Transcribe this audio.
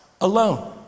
alone